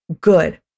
good